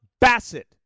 Bassett